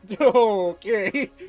Okay